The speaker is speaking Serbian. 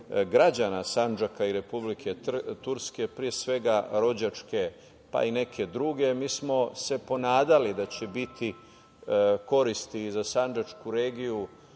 građana Sandžaka i Republike Turske, pre svega rođačke, pa i neke druge. Mi smo se ponadali da će biti koristi i sandžačku regiju,